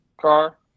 car